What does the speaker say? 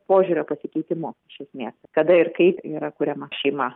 požiūrio pasikeitimo iš esmės kada ir kaip yra kuriama šeima